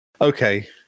Okay